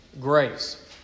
grace